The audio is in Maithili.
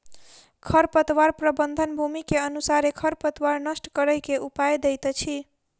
खरपतवार प्रबंधन, भूमि के अनुसारे खरपतवार नष्ट करै के उपाय दैत अछि